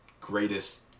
greatest